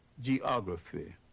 geography